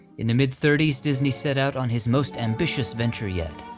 in the mid thirty s disney set out on his most ambitious venture yet,